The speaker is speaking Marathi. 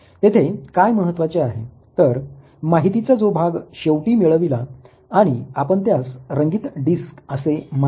येथे काय महत्वाचे आहे तर माहितीचा जो भाग शेवटी मिळविला आणि आपण त्यास रंगीत डिस्क असे मानले